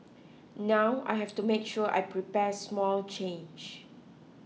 now I have to make sure I prepare small change